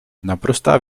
naprostá